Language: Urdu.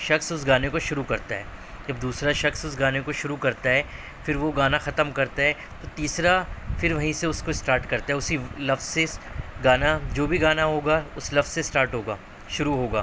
شخص اس گانے کو شروع کرتا جب دوسرا شخص اس گانے کو شروع کرتا ہے پھر وہ گانا ختم کرتا ہے تو تیسرا پھر وہیں سے اس کو اسٹارٹ کرتا ہے اسی لفظ سے گانا جو بھی گانا ہوگا اس لفظ سے اسٹارٹ ہوگا شروع ہوگا